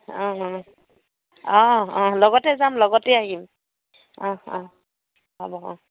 অঁ অঁ অঁ অঁ লগতে যাম লগতে আহিম অহ অহ হ'ব অঁ